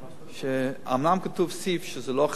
אומנם כתוב סעיף שזה לא חל על